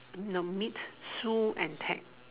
the meet Sue and Ted